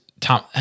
Tom